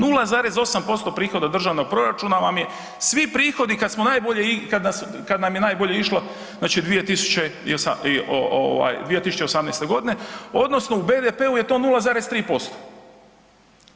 0,8% prihoda od državnog proračuna vam je svi prihodi kad samo najbolje, kad nam je najbolje išlo znači 2018. godine odnosno u BDP-u je to 0,3%